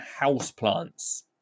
houseplants